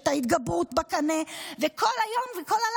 ויש את ההתגברות בקנה.